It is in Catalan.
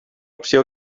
opció